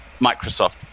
Microsoft